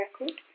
record